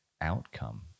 Outcome